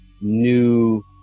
new